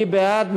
מי בעד?